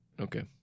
Okay